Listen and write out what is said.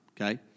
okay